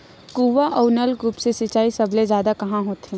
कुआं अउ नलकूप से सिंचाई सबले जादा कहां होथे?